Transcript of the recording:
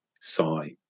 sigh